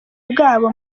bwabo